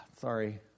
sorry